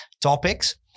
topics